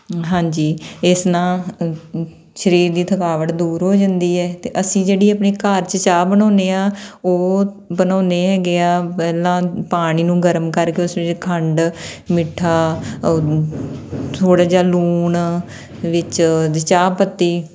ਹਾਂਜੀ ਇਸ ਨਾਲ ਸਰੀਰ ਦੀ ਥਕਾਵਟ ਦੂਰ ਹੋ ਜਾਂਦੀ ਹੈ ਅਤੇ ਅਸੀਂ ਜਿਹੜੀ ਆਪਣੀ ਘਰ 'ਚ ਚਾਹ ਬਣਾਉਂਦੇ ਹਾਂ ਉਹ ਬਣਾਉਂਦੇ ਹੈਗੇ ਹਾਂ ਪਹਿਲਾਂ ਪਾਣੀ ਨੂੰ ਗਰਮ ਕਰ ਕੇ ਉਸ ਵਿੱਚ ਖੰਡ ਮਿੱਠਾ ਥੋੜ੍ਹਾ ਜਿਹਾ ਲੂਣ ਵਿੱਚ ਉਹਦੇ ਚਾਹ ਪੱਤੀ